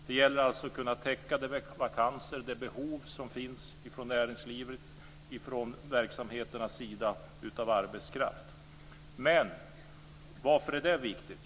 Det gäller att kunna täcka vakanser och behov som finns av arbetskraft hos näringslivet och från verksamheternas sida. Varför är det viktigt?